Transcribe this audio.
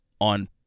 on